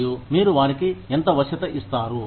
మరియు మీరు వారికి ఎంత వశ్యత ఇస్తారు